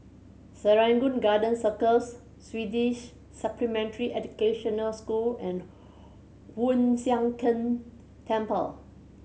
Serangoon Garden Circus Swedish Supplementary Educational School and Hoon Sian Keng Temple